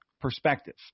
perspective